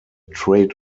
trade